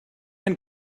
ein